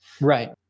Right